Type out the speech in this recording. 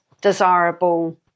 desirable